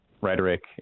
rhetoric